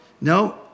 no